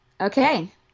Okay